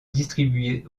distribuée